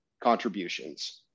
contributions